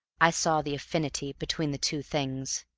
i saw the affinity between the two things,